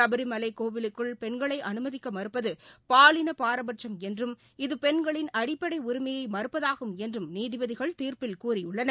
சபரிமலை கோவிலுக்குள் பெண்களை அனுமதிக்க மறுப்பது பாலின பாரபட்சம் என்றும் இந்து பெண்களின் அடிப்படை உரிமையை மறுப்பதாகும் என்றும் நீதிபதிகள் தீர்ப்பில் கூறியுள்ளனர்